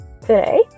today